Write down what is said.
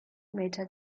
meter